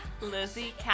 Lizzie